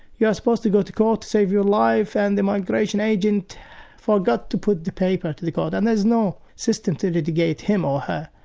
are supposed to go to court to save your life and the migration agent forgot to put the paper to the court, and there is no system to litigate him or her,